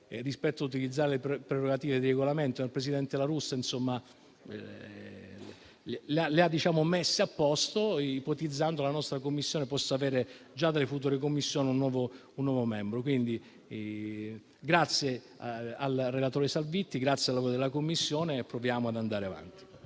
nell'utilizzare le prerogative di Regolamento. Il presidente La Russa le ha messe a posto ipotizzando che la nostra Commissione possa avere, già per le future sedute, un nuovo membro. Grazie al relatore Salvitti, grazie al lavoro della Commissione e proviamo ad andare avanti.